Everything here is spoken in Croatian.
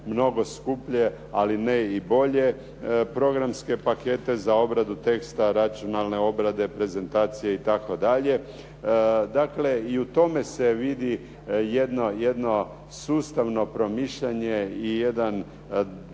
mnogo skuplje, ali ne i bolje programske pakete za obradu teksta, računalne obrade, prezentacije itd. Dakle, i u tome se vidi jedno sustavno promišljanje i jedan